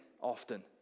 often